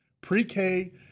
Pre-K